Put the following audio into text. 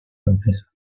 francesa